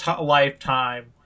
lifetime